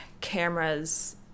cameras